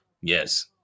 Yes